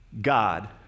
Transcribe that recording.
God